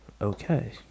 okay